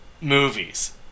movies